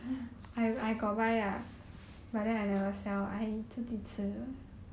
but people will buy leh at least people will buy that one